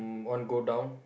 one go down